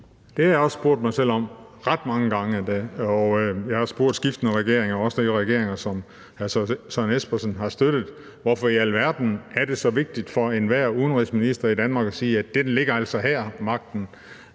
Det har jeg også spurgt mig selv om, ret mange gange endda, og jeg har spurgt skiftende regeringer, også de regeringer, som hr. Søren Espersen har støttet: Hvorfor i alverden er det så vigtigt for enhver udenrigsminister i Danmark at sige, at magten ligger altså her, når